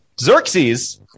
Xerxes